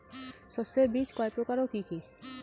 শস্যের বীজ কয় প্রকার ও কি কি?